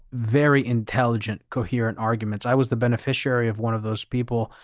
very intelligent, coherent arguments. i was the beneficiary of one of those people.